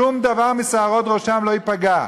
שערה משערות ראשם לא תיפגע,